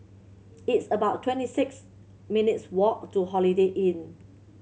it's about twenty six minutes' walk to Holiday Inn